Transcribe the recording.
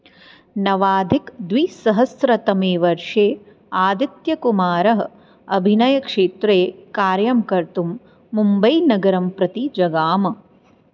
नवाधिकद्विसहस्रतमेवर्षे आदित्यकुमारः अभिनयक्षेत्रे कार्यं कर्तुं मुम्बैनगरं प्रति जगाम